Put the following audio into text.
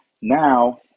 Now